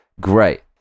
Great